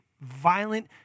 violent